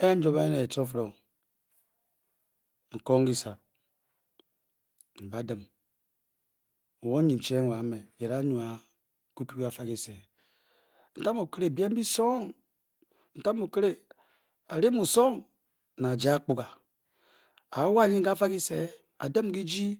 A a-jwobe ne neforong, n-kong kyisa kyimim o net wa me, kyidanva kyi-kyi ke. kefa kyisentam okere byem byi-sing nkere ekiri kyi-sing, ne a-ja akponga aawaa ke kafa. Kyisea-dim m kyiyi